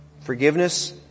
Forgiveness